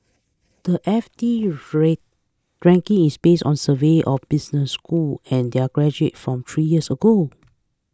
the F T rent ranking is based on surveys of business schools and their graduates from three years ago